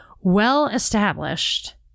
well-established